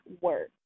work